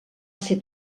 ser